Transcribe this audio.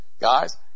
Guys